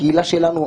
הקהילה שלנו,